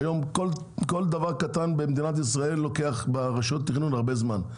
היום כל דבר קטן במדינת ישראל לוקח ברשויות התכנון הרבה זמן.